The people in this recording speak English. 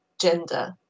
gender